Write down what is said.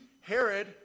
Herod